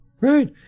Right